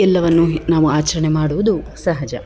ಎಲ್ಲವನ್ನು ಹಿ ನಾವು ಆಚರಣೆ ಮಾಡುವುದು ಸಹಜ